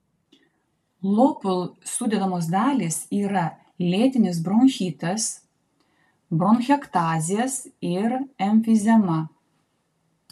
lopl sudedamos dalys yra lėtinis bronchitas bronchektazės ir emfizema